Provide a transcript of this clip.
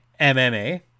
MMA